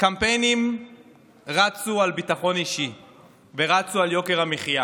קמפיינים רצו על ביטחון אישי ורצו על יוקר המחיה